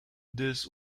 this